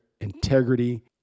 integrity